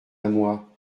moi